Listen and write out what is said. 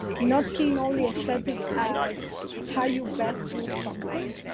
not seeing only aesthetic as how you best do something,